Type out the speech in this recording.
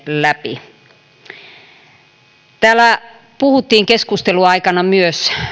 läpi viemiseen täällä puhuttiin keskustelun aikana myös